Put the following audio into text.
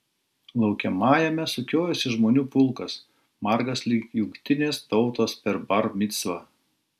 laukiamajame sukiojosi žmonių pulkas margas lyg jungtinės tautos per bar micvą